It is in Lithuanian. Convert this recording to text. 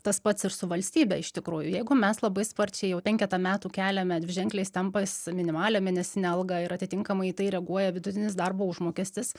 tas pats ir su valstybe iš tikrųjų jeigu mes labai sparčiai jau penketą metų keliame dviženkliais tempais minimalią mėnesinę algą ir atitinkamai į tai reaguoja vidutinis darbo užmokestis